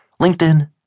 LinkedIn